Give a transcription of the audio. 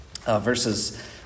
verses